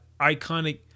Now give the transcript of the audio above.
iconic